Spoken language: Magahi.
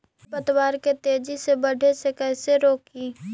खर पतवार के तेजी से बढ़े से कैसे रोकिअइ?